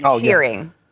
cheering